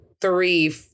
three